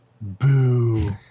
Boo